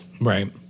Right